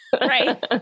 Right